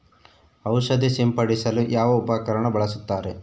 ಔಷಧಿ ಸಿಂಪಡಿಸಲು ಯಾವ ಉಪಕರಣ ಬಳಸುತ್ತಾರೆ?